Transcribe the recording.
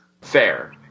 Fair